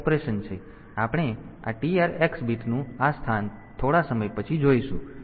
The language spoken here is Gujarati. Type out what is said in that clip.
તેથી આપણે આ TR x બિટ્સનું આ સ્થાન થોડા સમય પછી જોઈશું